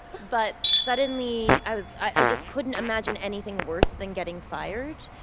but suddenly, i was i just couldn't imagine anything worse than getting fired.